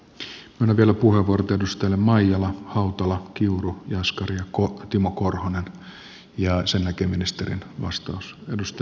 annan vielä vastauspuheenvuorot edustajille maijala hautala kiuru jaskari ja timo korhonen ja sen jälkeen ministerin vastaus